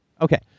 Okay